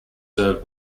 served